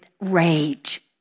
rage